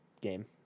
game